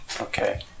Okay